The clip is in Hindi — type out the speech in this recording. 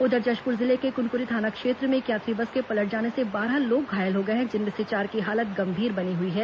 उधर जशपुर जिले के क्नक्री थाना क्षेत्र में एक यात्री बस के पलट जाने से बारह लोग घायल हो गए हैं जिनमें से चार की हालत गंभीर बनी हुई है